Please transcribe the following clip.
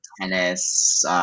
tennis